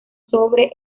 sobre